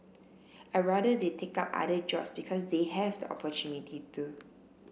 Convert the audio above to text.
I'd rather they take up other jobs because they have the opportunity to